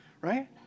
right